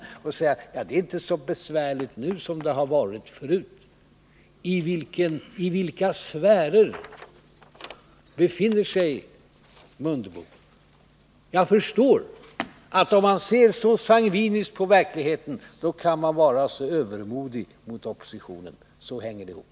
Men ändå säger Ingemar Mundebo: Det är inte så besvärligt nu som det varit förut. I vilkas sfärer befinner sig Ingemar Mundebo? Jag förstår att om man ser så sangviniskt på verkligheten, kan man vara övermodig mot oppositionen. Så hänger det ihop.